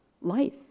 Life